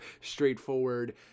straightforward